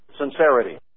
sincerity